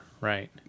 right